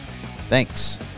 Thanks